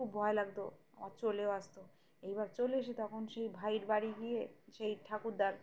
খুব ভয় লাগতো আমার চলেও আসতো এইবার চলে এসে তখন সেই ভাইের বাড়ি গিয়ে সেই ঠাকুরদার